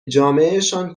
جامعهشان